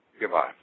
Goodbye